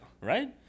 Right